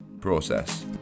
process